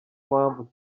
mpamvu